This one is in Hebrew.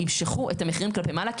הם ימשכו את המחירים כלפי מעלה,